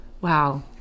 wow